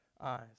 eyes